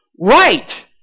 right